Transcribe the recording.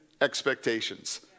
expectations